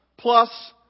plus